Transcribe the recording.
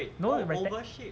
you know the